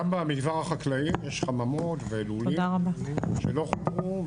גם במגזר החקלאי יש חממות ולולים שלא חוברו,